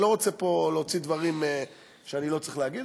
אני לא רוצה פה להוציא דברים שאני לא צריך להגיד,